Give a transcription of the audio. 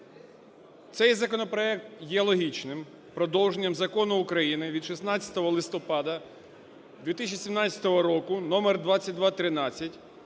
Цей законопроект є логічним продовженням Закону України від 16 листопада 2017 року (№ 2213)